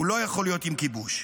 הוא לא יכול להיות עם כיבוש.